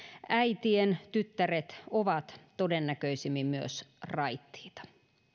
äitien tyttäret ovat todennäköisimmin myös raittiita